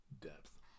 depth